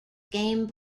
game